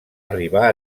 arribar